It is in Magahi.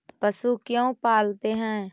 पशु क्यों पालते हैं?